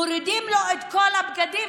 מורידים לו את כל הבגדים,